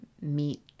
meet